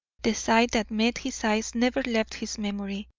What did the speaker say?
the sight that met his eyes never left his memory.